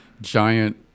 giant